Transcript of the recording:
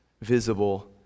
visible